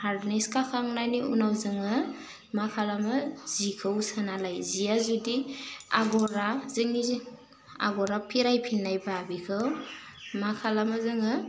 पारनेस खाखांनायनि उनाव जोङो मा खालामो जिखौ सोना लायो जिया जुदि आग'रा जोंनि जि आगरा फिरायफिन्नाय बा बेखौ मा खालामो जोङो